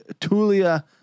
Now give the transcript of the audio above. Tulia